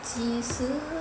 几时